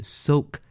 soak